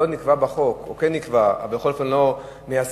אבל לא נקבע בחוק,